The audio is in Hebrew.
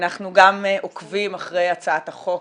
גם עוקבים אחרי הצעת החוק